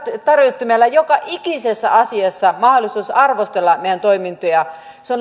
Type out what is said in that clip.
tarjottimella joka ikisessä asiassa mahdollisuus arvostella meidän toimintojamme